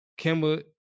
Kimba